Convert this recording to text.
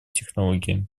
технологии